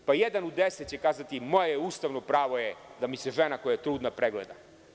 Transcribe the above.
Jedan od deset će kazati – moje je ustavno pravo da mi se žena koja je trudna pregleda.